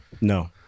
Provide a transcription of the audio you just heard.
No